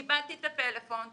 איבדתי את הפלאפון,